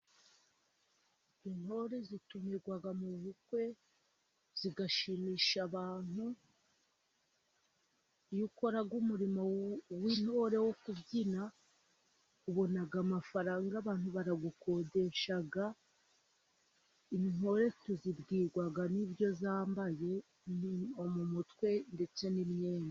Intore zitumirwa mu bukwe, zigashimisha abantu, iyo ukora umurimo w'intore wo kubyina, ubona amafaranga, abantu baragukodesha, intore tuzibwirwa n'ibyo zambaye mu mutwe, ndetse n'imyenda.